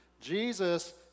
Jesus